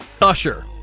Usher